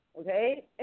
Okay